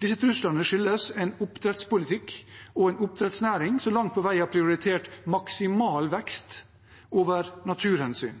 Disse truslene skyldes en oppdrettspolitikk og en oppdrettsnæring som langt på vei har prioritert maksimal vekst over naturhensyn.